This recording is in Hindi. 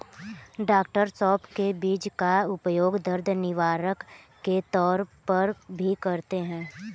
डॉ सौफ के बीज का उपयोग दर्द निवारक के तौर पर भी करते हैं